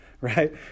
right